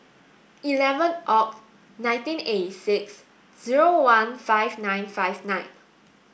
eleven Oct nineteen eighty six zero one five nine five nine